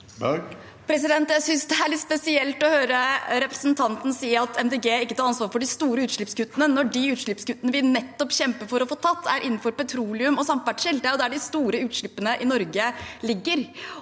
Jeg sy- nes det er litt spesielt å høre representanten si at Miljøpartiet De Grønne ikke tar ansvar for de store utslippskuttene, når de utslippskuttene vi nettopp kjemper for å få gjort, er innenfor petroleum og samferdsel. Det er jo der de store utslippene i Norge ligger.